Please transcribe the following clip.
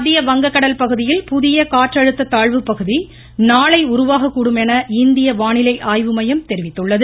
மத்திய வங்கக்கடல் பகுதியில் புதிய காற்றழுத்த தாழ்வு பகுதி நாளை உருவாகக்கூடும் என இந்திய வானிலை அய்வுமையம் தெரிவித்துள்ளது